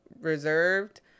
reserved